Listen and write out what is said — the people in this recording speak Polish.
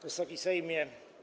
Wysoki Sejmie!